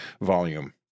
volume